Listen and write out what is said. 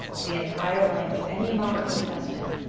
the entire length of any amount of intestine,